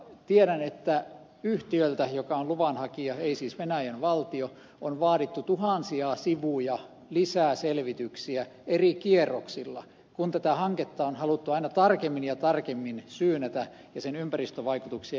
tiedän että yhtiöltä joka on luvan hakija ei siis venäjän valtio on vaadittu tuhansia sivuja lisää selvityksiä eri kierroksilla kun tätä hanketta on haluttu aina tarkemmin ja tarkemmin syynätä ja sen ympäristövaikutuksia etukäteen arvioida